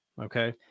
okay